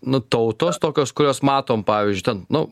nu tautos tokios kurios matom pavyzdžiui ten nu